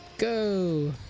go